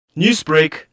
Newsbreak